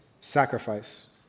sacrifice